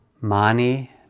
Mani